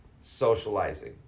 socializing